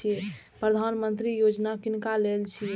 प्रधानमंत्री यौजना किनका लेल छिए?